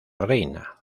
reina